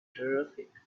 terrific